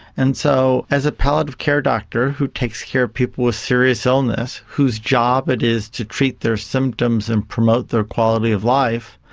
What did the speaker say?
and so as a palliative care doctor who takes care of people with serious illness, whose job it is to treat their symptoms and promote their quality of life,